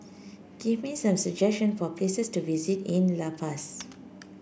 give me some suggestion for places to visit in La Paz